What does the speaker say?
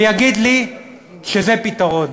ויגיד לי שזה פתרון.